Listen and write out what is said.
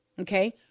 okay